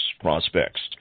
prospects